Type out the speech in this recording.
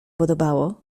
podobało